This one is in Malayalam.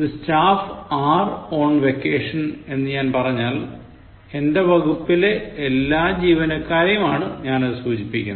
the staff are on vacation എന്നു ഞാൻ പറഞ്ഞാൽ എന്റെ വകുപ്പിലെ എല്ലാ ജീവനക്കാരെയും ആണ് ഞാൻ സൂചിപ്പിക്കുന്നത്